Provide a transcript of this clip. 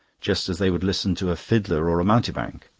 just as they would listen to a fiddler or a mountebank.